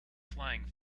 flying